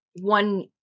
one